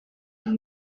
you